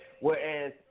Whereas